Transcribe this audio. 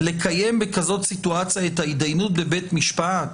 לקיים בכזאת סיטואציה את ההתדיינות בבית משפט?